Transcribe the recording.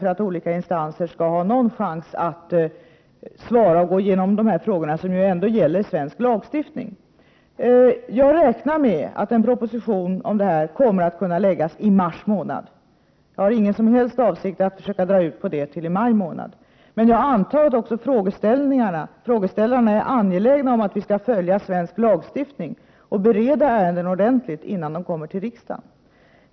De olika instanserna måste ju få en chans att gå igenom frågorna och utarbeta sina svar. Det gäller ju ändå svensk lagstiftning. Jag räknar med att en proposition i detta ärende kommer att föreläggas riksdagen i mars månad. Jag har ingen som helst avsikt att försöka dra ut på tiden till i maj månad. Jag antar att också frågeställarna är angelägna om att vi skall följa svensk lagstiftning och bereda ärenden ordentligt, innan de kommer till riksdagen.